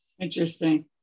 Interesting